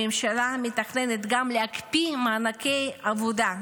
הממשלה מתכננת גם להקפיא מענקי עבודה,